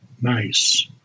Nice